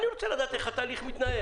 אני רוצה לדעת איך התהליך מתנהל.